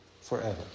forever